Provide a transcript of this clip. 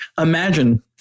imagine